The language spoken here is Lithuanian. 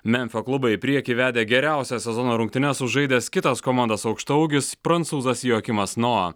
memfio klubą į priekį vedė geriausias sezono rungtynes sužaidęs kitas komandos aukštaūgis prancūzas joakimas noa